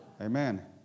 Amen